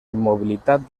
immobilitat